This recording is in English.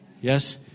Yes